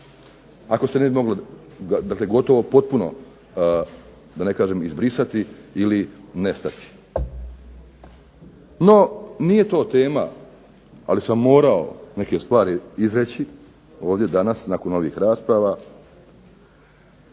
ako se ne bi moglo, dakle gotovo potpuno da ne kažem izbrisati ili nestati. No nije to tema ali sam morao neke stvari izreći ovdje danas, nakon ovih rasprava,